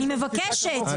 אני מבקשת.